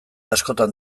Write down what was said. askotan